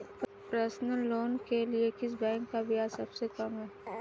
Personal loan के लिए किस बैंक का ब्याज सबसे कम है?